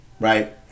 right